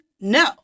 No